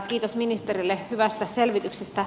kiitos ministerille hyvästä selvityksestä